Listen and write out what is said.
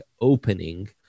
opening